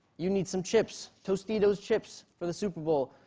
you need some chips. tostitos chips for the super bowl.